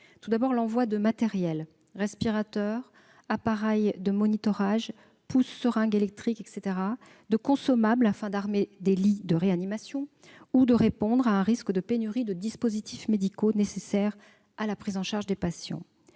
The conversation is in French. Premièrement, l'envoi de matériels- respirateurs, appareils de monitorage, pousse-seringues électriques, etc. -et de consommables permettra d'armer des lits de réanimation, ou encore de répondre à un risque de pénurie de dispositifs médicaux nécessaires à la prise en charge des patients.